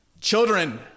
Children